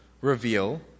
reveal